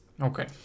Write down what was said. Okay